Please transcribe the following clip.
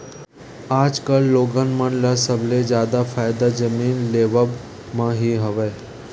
आजकल लोगन मन ल सबले जादा फायदा जमीन लेवब म ही हवय